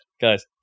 guys